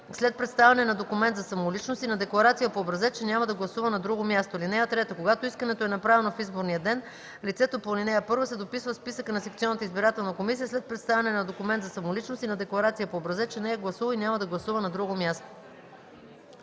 след представяне на документ за самоличност и на декларация по образец, че няма да гласува на друго място. (3) Когато искането е направено в изборния ден, лицето по ал. 1 се дописва в списъка от секционната избирателна комисия след представяне на документ за самоличност и на декларация по образец, че не е гласувал и няма да гласува на друго място.”